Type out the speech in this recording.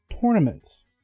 tournaments